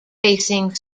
facing